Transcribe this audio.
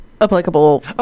applicable